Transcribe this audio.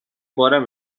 بارم